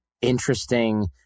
interesting